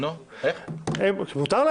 לא יכולה